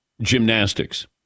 gymnastics